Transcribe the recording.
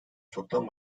çoktan